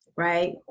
Right